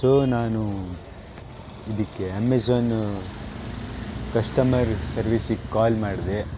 so ನಾನು ಇದಕ್ಕೆ Amazon customer ಸರ್ವೀಸಿಗೆ ಕಾಲ್ ಮಾಡಿದೆ